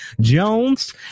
Jones